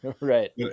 Right